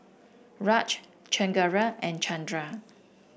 Raj Chengara and Chandra